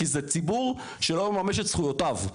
כי זה ציבו8ר שלא מממש את זכויותיו.